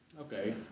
Okay